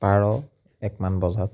বাৰ একমান বজাত